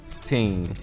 team